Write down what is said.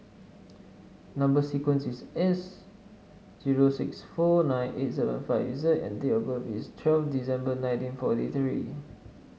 number sequence is S zero six four nine eight seven five Z and date of birth is twelve December nineteen forty three